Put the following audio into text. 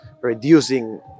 reducing